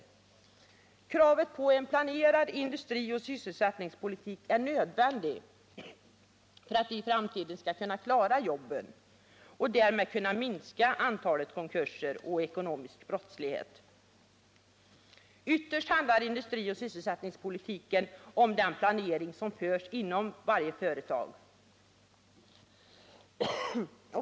Kravet på en planerad industrioch sysselsättningspolitik är nödvändigt för att vi i framtiden skall kunna klara jobben och därmed minska antalet konkurser och den ekonomiska brottsligheten. Ytterst handlar industrioch sysselsättningspolitiken om den planering som förs inom varje företag.